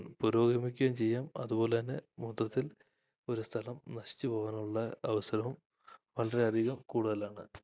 പുരോഗമിക്കുകയും ചെയ്യാം അതുപോലെ തന്നെ മൊത്തത്തിൽ ഒരു സ്ഥലം നശിച്ച് പോകാനുള്ള അവസരവും വളരെയധികം കൂടുതലാണ്